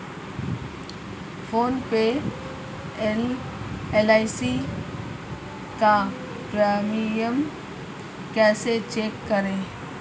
Phone पर LIC का premium कैसे चेक करें?